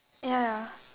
ya